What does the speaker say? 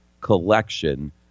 collection